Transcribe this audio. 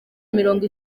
mirongo